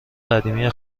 قدیمی